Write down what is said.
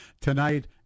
tonight